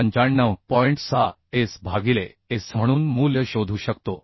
6 S भागिले Sम्हणून मूल्य शोधू शकतो